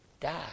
die